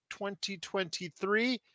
2023